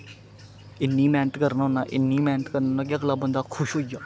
इन्नी मैहनत करना होना इन्नी मैहनत करना होन्ना कि अगला बंदा खुश होई जा